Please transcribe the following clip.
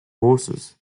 horses